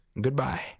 Goodbye